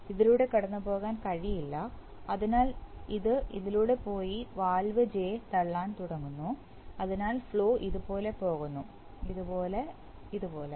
ഇതിലൂടെ കടന്നുപോകാൻ കഴിയില്ല അതിനാൽ ഇത് ഇതിലൂടെ പോയി വാൽവ് ജെ തള്ളാൻ തുടങ്ങുന്നു അതിനാൽ ഫ്ലോ ഇതുപോലെ പോകുന്നു ഇതുപോലെ ഇതുപോലെ